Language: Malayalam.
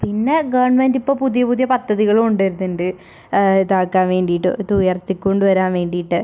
പിന്നെ ഗവൺമെൻറ് ഇപ്പോൾ പുതിയ പുതിയ പദ്ധതികൾ കൊണ്ടുവരുന്നുണ്ട് ഇതാക്കാൻ വേണ്ടിയിട്ട് ഇത് ഉയർത്തിക്കൊണ്ട് വരാൻ വേണ്ടിയിട്ട്